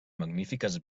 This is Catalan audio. magnífiques